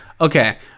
Okay